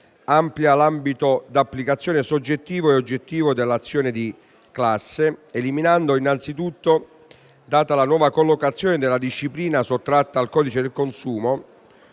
ampia l'ambito di applicazione soggettivo e oggettivo dell'azione di classe. Eliminando anzitutto - data la nuova collocazione della disciplina, sottratta al codice del consumo